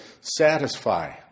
satisfy